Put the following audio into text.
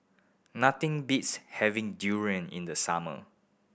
nothing beats having durian in the summer